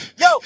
yo